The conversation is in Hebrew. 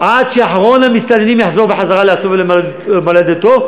עד שאחרון המסתננים יחזור לארצו ולמולדתו,